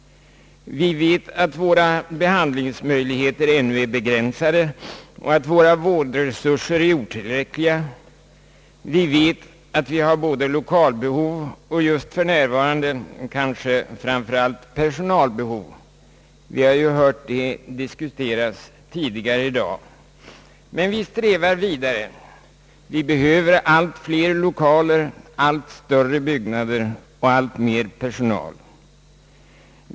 Vi vet att våra behandlingsmöjligheter ännu är begränsade och att våra vårdresurser är otillräckliga. Vi vet att vi har både lokalbehov och just för närvarande kanske framför allt personalbehov som inte kan tillgodoses. Vi har ju redan hört det diskuteras tidigare i dag. Men vi strävar vidare. Vi behöver allt fler lokaler, allt större byggnader och allt mer personal.